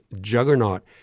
juggernaut